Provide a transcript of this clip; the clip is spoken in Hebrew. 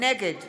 נגד